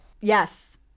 Yes